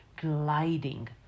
gliding